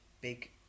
big